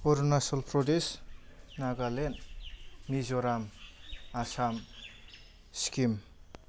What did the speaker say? Arunachal Pradesh Nagaland Mizoram Assam Sikkim